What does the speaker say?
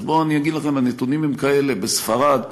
אז בואו אני אגיד לכם, הנתונים הם כאלה: בספרד,